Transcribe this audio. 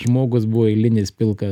žmogus buvo eilinis pilka